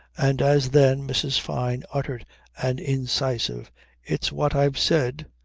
and as then mrs. fyne uttered an incisive it's what i've said,